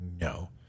No